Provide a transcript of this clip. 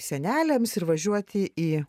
seneliams ir važiuoti į